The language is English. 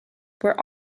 were